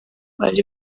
ari